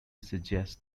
suggests